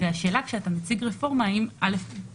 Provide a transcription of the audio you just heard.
והשאלה האם כשאתה מציג רפורמה,